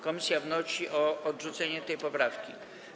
Komisja wnosi o odrzucenie tej poprawki.